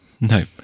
No